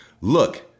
Look